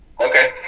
Okay